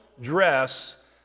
dress